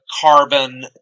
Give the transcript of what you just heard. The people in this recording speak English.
carbon